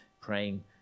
praying